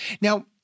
Now